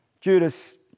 Judas